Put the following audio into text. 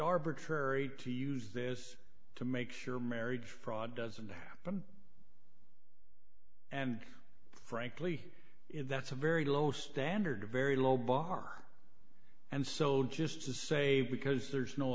arbitrary to use this to make sure marriage fraud doesn't happen and frankly that's a very low standard very low bar and so just to say because there's no